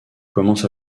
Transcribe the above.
commence